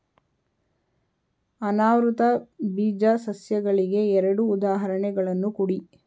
ಅನಾವೃತ ಬೀಜ ಸಸ್ಯಗಳಿಗೆ ಎರಡು ಉದಾಹರಣೆಗಳನ್ನು ಕೊಡಿ